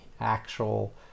actual